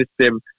system